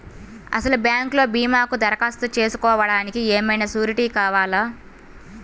అసలు బ్యాంక్లో భీమాకు దరఖాస్తు చేసుకోవడానికి ఏమయినా సూరీటీ కావాలా?